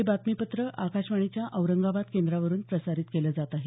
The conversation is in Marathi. हे बातमीपत्र आकाशवाणीच्या औरंगाबाद केंद्रावरून प्रसारित केलं जात आहे